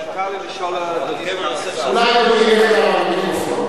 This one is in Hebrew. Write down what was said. מותר לי לשאול, אולי אדוני ילך למיקרופון.